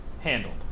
handled